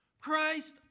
Christ